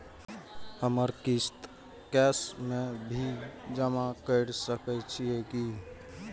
हमर किस्त कैश में भी जमा कैर सकै छीयै की?